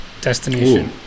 destination